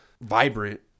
vibrant